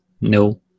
No